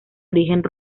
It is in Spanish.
origen